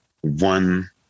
one